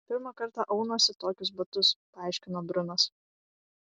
pirmą kartą aunuosi tokius batus paaiškino brunas